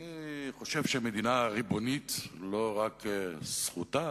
אני חושב שמדינה ריבונית, לא רק זכותה